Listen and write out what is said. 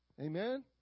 Amen